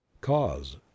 cause